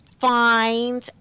find